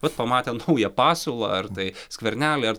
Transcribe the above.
bet pamatė naują pasiūlą ar tai skvernelį ar